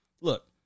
look